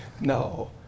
No